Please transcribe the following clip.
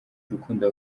urukundo